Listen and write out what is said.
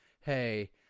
hey